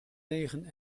negen